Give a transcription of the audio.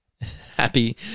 happy